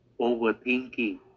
overthinking